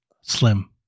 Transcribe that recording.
slim